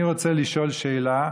אני רוצה לשאול שאלה,